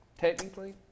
Technically